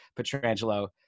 Petrangelo